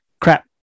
crap